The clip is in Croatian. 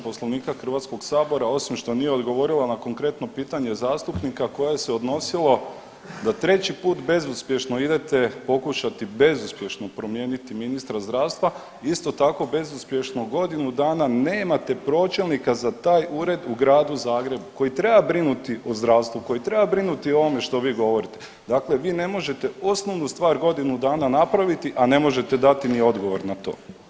Poslovnika HS osim što nije odgovorila na konkretno pitanje zastupnika koje se odnosilo da treći put bezuspješno idete pokušati bezuspješno promijeniti ministra zdravstva isto tako bezuspješno godinu dana nemate pročelnika za taj ured u Gradu Zagrebu koji treba brinuti o zdravstvu, koji treba brinuti o ovome što vi govorite, dakle vi ne možete osnovu stvar godinu dana napraviti, a ne možete dati ni odgovor na to.